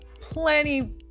plenty